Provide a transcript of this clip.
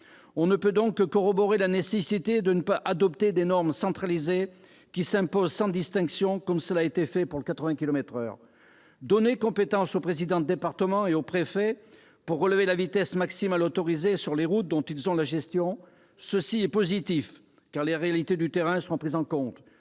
On ne peut donc que corroborer la nécessité de ne pas adopter des normes centralisées qui s'imposent sans distinction, comme cela a été fait pour les 80 kilomètres par heure. Donner la compétence aux présidents de département et aux préfets de relever la vitesse maximale autorisée sur les routes dont ils ont la gestion est positif, car les réalités du terrain seront prises en compte.